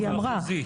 היא אמרה.